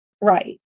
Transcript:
Right